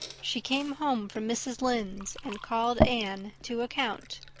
she came home from mrs. lynde's and called anne to account.